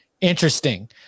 interesting